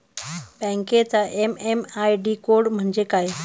बँकेचा MM ID code म्हणजे काय?